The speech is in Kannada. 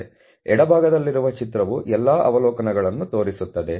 ಎಡಭಾಗದಲ್ಲಿರುವ ಚಿತ್ರವು ಎಲ್ಲಾ ಅವಲೋಕನಗಳನ್ನು ತೋರಿಸುತ್ತದೆ